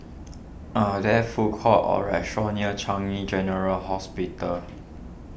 are there food courts or restaurants near Changi General Hospital